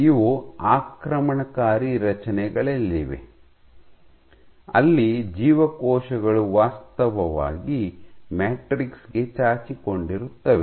ಇವು ಆಕ್ರಮಣಕಾರಿ ರಚನೆಗಳಲ್ಲಿವೆ ಅಲ್ಲಿ ಜೀವಕೋಶಗಳು ವಾಸ್ತವವಾಗಿ ಮ್ಯಾಟ್ರಿಕ್ಸ್ ಗೆ ಚಾಚಿಕೊಂಡಿರುತ್ತವೆ